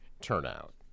turnout